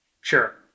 Sure